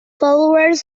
followers